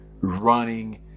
running